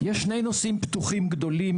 יש שני נושאים פתוחים גדולים